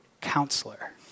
counselor